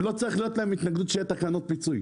לא צריכה להיות להם התנגדות לכך שיהיו תקנות פיצוי.